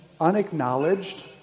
unacknowledged